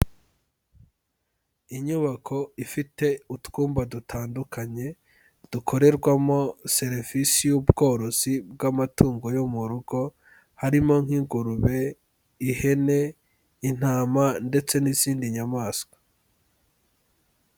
Inyubako ifite utwumba dutandukanye, dukorerwamo serivisi y'ubworozi bw'amatungo yo mu rugo, harimo nk'ingurube, ihene, intama, ndetse n'izindi nyamaswa.